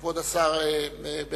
כבוד השר בן-אליעזר.